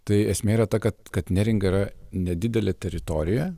tai esmė yra ta kad kad neringa yra nedidelė teritorija